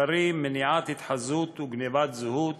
קרי: מניעת התחזות וגנבת זהות